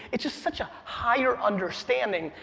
it's just such a higher understanding.